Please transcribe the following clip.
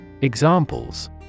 Examples